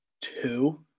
two